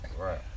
Right